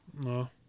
No